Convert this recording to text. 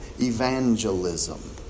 evangelism